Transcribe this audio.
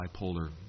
bipolar